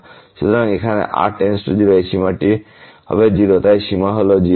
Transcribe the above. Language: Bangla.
সুতরাং এখানে যখন r → 0 এই সীমাটি হবে 0 তাই সীমা হল 0